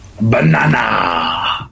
Banana